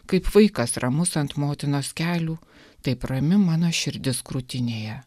kaip vaikas ramus ant motinos kelių taip rami mano širdis krūtinėje